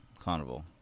carnival